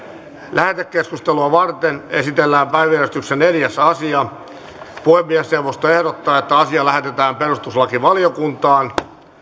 lähetekeskustelua varten esitellään päiväjärjestyksen neljäs asia puhemiesneuvosto ehdottaa että asia lähetetään perustuslakivaliokuntaan